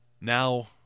Now